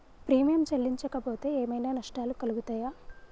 Premium చెల్లించకపోతే ఏమైనా నష్టాలు కలుగుతయా?